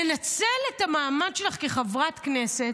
לנצל את המעמד שלך כחברת הכנסת,